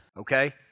okay